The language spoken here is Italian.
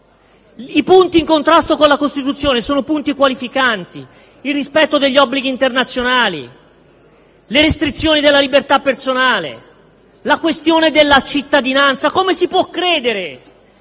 I punti in contrasto con la Costituzione sono qualificanti: il rispetto degli obblighi internazionali, le restrizioni della libertà personale e la questione della cittadinanza. Come si può credere